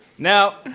Now